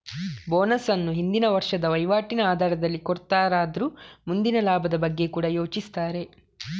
bonus ಅನ್ನು ಹಿಂದಿನ ವರ್ಷದ ವೈವಾಟಿನ ಆಧಾರದಲ್ಲಿ ಕೊಡ್ತಾರಾದ್ರೂ ಮುಂದಿನ ಲಾಭದ ಬಗ್ಗೆ ಕೂಡಾ ಯೋಚಿಸ್ತಾರೆ